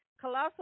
Colossal